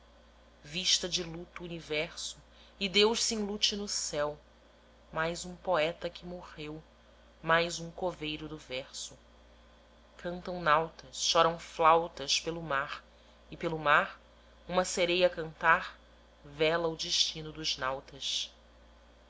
vista de luto o universo e deus se enlute no céu mais um poeta que morreu mais um coveiro do verso cantam nautas choram flautas pelo mar e pelo mar uma sereia a cantar vela o destino dos nautas